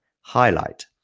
highlight